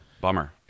bummer